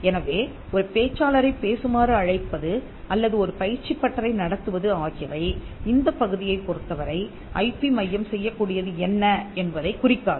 எனவே ஒரு பேச்சாளரைப் பேசுமாறு அழைப்பது அல்லது ஒரு பயிற்சிப் பட்டறை நடத்துவது ஆகியவை இந்தப் பகுதியைப் பொறுத்தவரை ஐ பி மையம் செய்யக்கூடியது என்ன என்பதைக் குறிக்காது